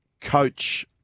coach